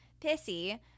pissy